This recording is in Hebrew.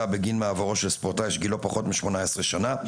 בגין מעברו של ספורטאי שגילו פחות מ-18 שנה,